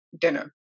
dinner